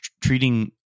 treating